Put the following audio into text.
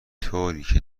طوریکه